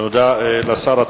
תודה לשר.